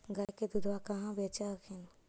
गया के दूधबा कहाँ बेच हखिन?